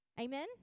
Amen